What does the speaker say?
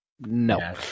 No